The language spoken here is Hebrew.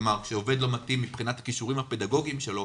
כלומר כשעובד לא מתאים מבחינת הכישורים הפדגוגיים שלו,